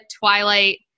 Twilight